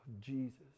Jesus